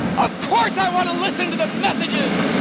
of course i want to listen to the messages!